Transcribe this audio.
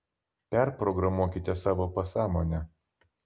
perprogramuokite savo pasąmonę